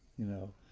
you know,